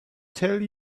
tell